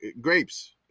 grapes